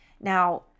Now